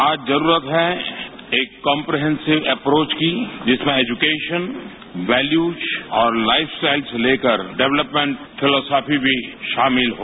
आज जरूरत है एक कॉप्रेहरिव एपरोच की जिसमें एजूकरान वैल्यूजऔर लाइफ स्टाइल से लेकर डवलवमेंट फिलोश्पी भी शामिल हों